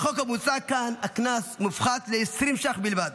בחוק המוצע כאן הקנס מופחת ל-20 ש"ח בלבד,